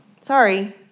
Sorry